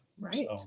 Right